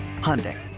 Hyundai